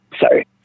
Sorry